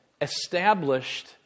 established